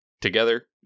together